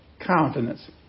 countenance